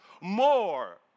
more